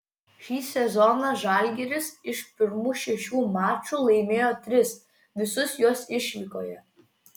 šį sezoną žalgiris iš pirmų šešių mačų laimėjo tris visus juos išvykoje